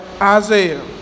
Isaiah